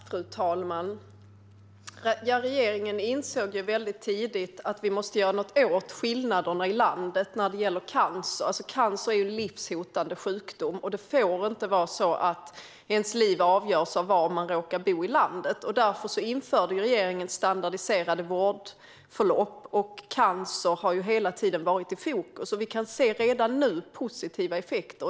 Fru talman! Regeringen insåg väldigt tidigt att vi måste göra något åt skillnaderna i landet när det gäller cancer, som är en livshotande sjukdom. Det får inte vara så att ens liv avgörs av var i landet man råkar bo. Därför införde regeringen standardiserade vårdförlopp. Cancer har hela tiden varit i fokus. Vi kan redan nu se positiva effekter.